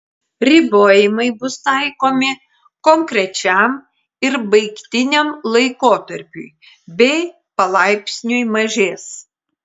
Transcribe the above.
ribojimai bus taikomi konkrečiam ir baigtiniam laikotarpiui bei palaipsniui mažės